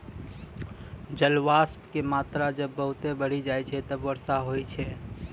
जलवाष्प के मात्रा जब बहुत बढ़ी जाय छै तब वर्षा होय छै